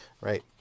right